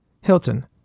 Hilton